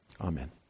Amen